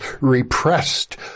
repressed